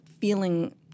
feeling